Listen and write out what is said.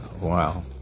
Wow